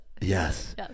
Yes